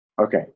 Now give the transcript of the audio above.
Okay